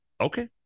okay